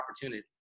opportunity